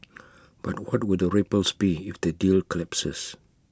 but what would the ripples be if the deal collapses